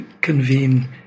convene